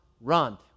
run